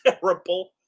terrible